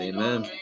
Amen